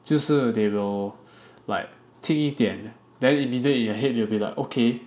就是 they will like 听一点 then immediately in your head you will be like okay